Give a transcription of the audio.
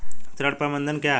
ऋण प्रबंधन क्या है?